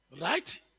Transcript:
right